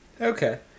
Okay